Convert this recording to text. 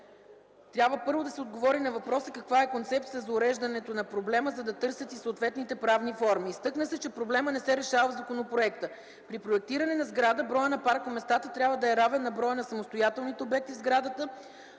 Трябва първо да се отговори на въпроса каква е концепцията за уреждането на проблема, за да търсят и съответните правни форми. Изтъкна се, че проблемът не се решава в законопроекта. При проектиране на сграда, броят на паркоместата трябва да е равен на броя на самостоятелните обекти в сградата,